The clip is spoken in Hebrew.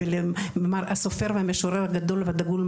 ולסופר והמשורר הגדול והדגול,